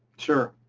sure.